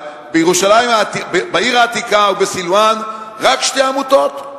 בעיר העתיקה ובסילואן, רק שתי עמותות?